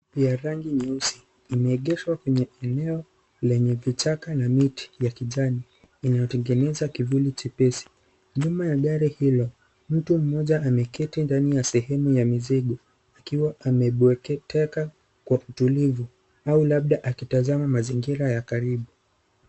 Ya rangi nyeusi imeegeshwa kwenye eneo lenye kichaka na miti ya kijani inayotengeneza kivuli chepesi nyuma ya gari hilo kuna mtu mmoja ameketi katika sehemu ya mizigo akiwa ameboeketeka kwa utulivu au labda akitazama mazingira ya karibu.